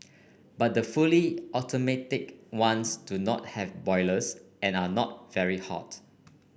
but the fully automatic ones do not have boilers and are not very hot